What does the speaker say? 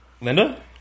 Linda